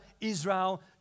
Israel